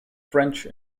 french